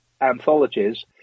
anthologies